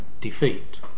defeat